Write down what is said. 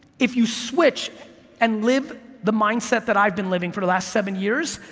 if you switch and live the mindset that i've been living for the last seven years,